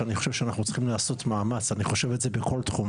שאני חושב שאנחנו צריכים לעשות מאמץ אני חושב את זה בכל תחום,